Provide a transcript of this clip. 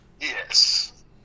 yes